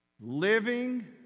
living